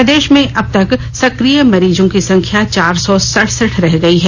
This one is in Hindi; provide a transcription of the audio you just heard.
प्रदेश में अब क्ल सकिय मरीजों की संख्या चार सौ सड़सठ रह गई है